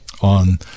on